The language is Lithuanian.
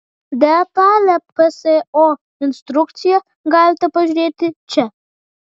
detalią pso instrukciją galite pažiūrėti čia